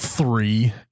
Three